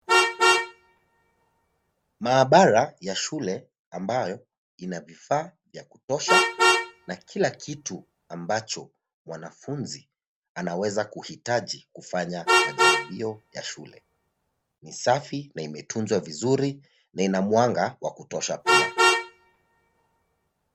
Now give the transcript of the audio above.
Maabara ya shule ambayo ina vifaa vya kutosha na kila kitu ambacho mwanafunzi anaweza kuhitaji kufanya majaribio ya shule. Ni safi na imetunzwa vizuri na ina mwanga wa kutosha pia.